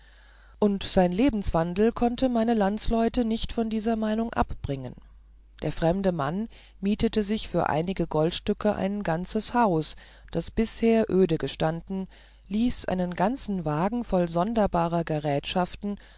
und sein lebenswandel konnte meine landsleute nicht von dieser meinung abbringen der fremde mann mietete sich für einige goldstücke ein ganzes haus das bisher öde gestanden ließ einen ganzen wagen voll sonderbarer gerätschaften